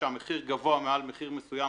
כשהמחיר גבוה מעל מחיר מסוים,